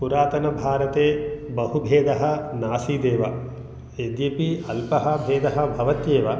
पुरातनभारते बहुभेदः नासीदेव यद्यपि अल्पः भेदः भवत्येव